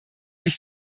sich